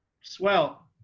swell